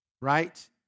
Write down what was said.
right